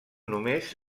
només